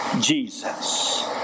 Jesus